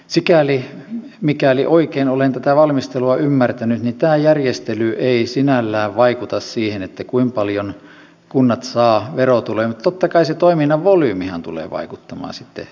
sikäli mikäli oikein olen tätä valmistelua ymmärtänyt niin tämä järjestely ei sinällään vaikuta siihen kuinka paljon kunnat saavat verotuloja mutta totta kai se toiminnan volyymihan tulee vaikuttamaan sitten verotuloihin